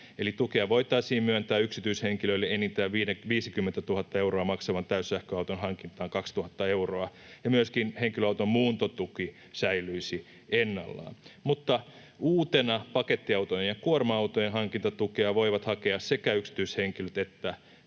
eli tukea voitaisiin myöntää yksityishenkilöille enintään 50 000 euroa maksavan täyssähköauton hankintaan 2 000 euroa ja myöskin henkilöauton muuntotuki säilyisi ennallaan. Uutena pakettiautojen ja kuorma-autojen hankintatukea voivat hakea sekä yksityishenkilöt että